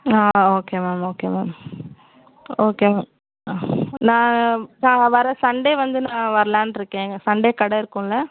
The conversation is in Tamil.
ஆ okay ma'am okay ma'am okay ma'am நான் நாங்கள் வர சண்டே வந்து நான் வரலான்னு இருக்கேன் சண்டே கடை இருக்கும்ல